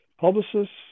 publicists